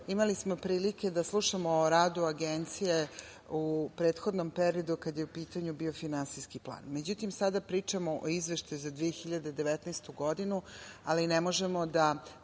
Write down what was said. imali smo prilike da slušamo o radu Agencije u prethodnom periodu kada je u pitanju biofinansijski plan.Međutim, sada pričamo o Izveštaju za 2019. godinu, ali ne možemo da